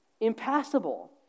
Impassable